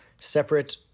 separate